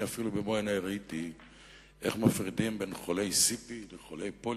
אפילו במו עיני ראיתי איך מפרידים בין חולי CP לבין חולי פוליו,